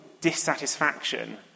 dissatisfaction